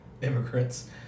immigrants